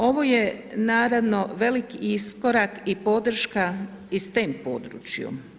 Ovo je naravno velik iskorak i podrška i sten području.